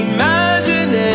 Imagine